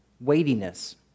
weightiness